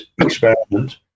experiment